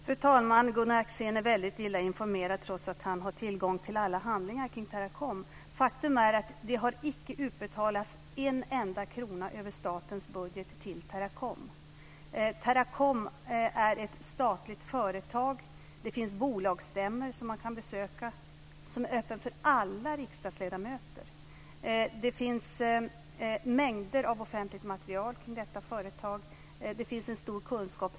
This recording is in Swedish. Fru talman! Gunnar Axén är väldigt illa informerad trots att han har tillgång till alla handlingar kring Teracom. Faktum är att det inte har utbetalats en enda krona över statens budget till Teracom. Teracom är ett statligt företag. Det finns bolagsstämmor som man kan besöka som är öppna för alla riksdagsledamöter. Det finns mängder av offentligt material kring detta företag. Det finns en stor kunskap.